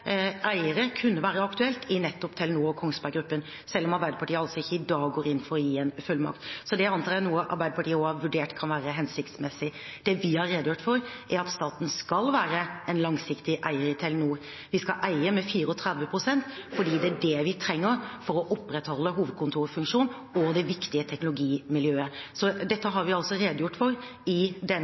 eiere kunne være aktuelt i nettopp Telenor og Kongsberg Gruppen, selv om Arbeiderpartiet altså ikke i dag går inn for å gi en fullmakt. Så det antar jeg er noe Arbeiderpartiet også har vurdert kan være hensiktsmessig. Det vi har redegjort for, er at staten skal være en langsiktig eier i Telenor. Vi skal eie med 34 pst., fordi det er det vi trenger for å opprettholde hovedkontorfunksjonen og det viktige teknologimiljøet. Dette har vi redegjort for i